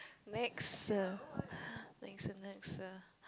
next next next